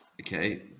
okay